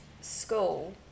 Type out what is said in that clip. school